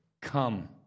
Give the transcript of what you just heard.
Come